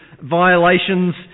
violations